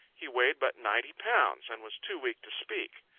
he weighed but ninety pounds, and was too weak to speak.